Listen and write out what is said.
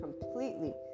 completely